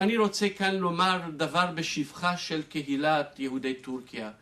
אני רוצה כאן לומר דבר בשבחה של קהילת יהודי טורקיה.